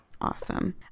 Awesome